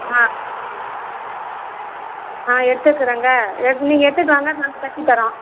ஆ ஆ எடுத்துக்கிறேங்க எடு நீங்கள் எடுத்துகிட்டு வாங்க நாங்கள் தைச்சித் தரோம்